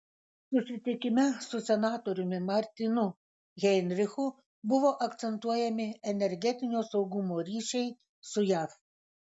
susitikime su senatoriumi martinu heinrichu buvo akcentuojami energetinio saugumo ryšiai su jav